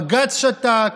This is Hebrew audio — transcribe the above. בג"ץ שתק,